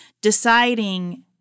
deciding